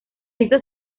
esto